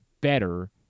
better